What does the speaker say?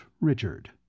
Richard